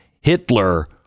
Hitler